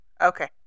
Okay